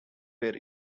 were